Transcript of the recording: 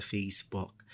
Facebook